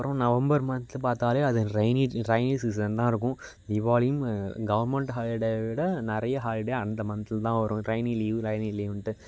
அப்புறம் November month பார்த்தாலே அது ரெய்னி ரெய்னி சீசன் தான் இருக்கும் தீபாவளியும் கவர்மெண்ட் ஹாலிடேவை விட நிறைய ஹாலிடே அந்த மந்த்தில் தான் வரும் ரெய்னி லீவ் ரெய்னி லீவுன்ட்டு